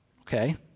Okay